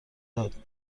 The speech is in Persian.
داد